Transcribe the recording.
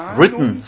written